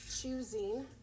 choosing